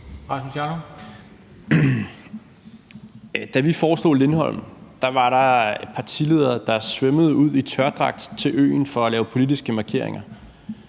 Da vi foreslog Lindholm, var der en partileder, der svømmede ud til øen i tørdragt for at lave politiske markeringer.